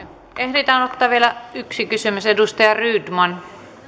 ehditään ottaa vielä yksi kysymys edustaja rydman